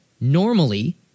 normally